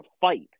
fight